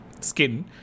skin